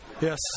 Yes